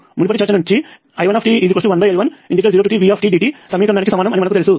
మునుపటి చర్చ నుండి కరెంట్ I1t1L10tVtdt సమీకరణానికి సమానమని మనకు తెలుసు